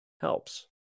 helps